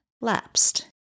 lapsed